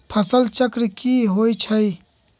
फसल चक्र की होइ छई?